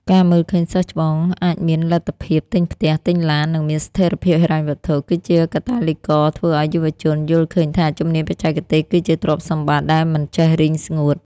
ការមើលឃើញសិស្សច្បងអាចមានលទ្ធភាពទិញផ្ទះ ទិញឡាន និងមានស្ថិរភាពហិរញ្ញវត្ថុ គឺជាកាតាលីករធ្វើឱ្យយុវជនយល់ឃើញថា ជំនាញបច្ចេកទេសគឺជាទ្រព្យសម្បត្តិដែលមិនចេះរីងស្ងួត។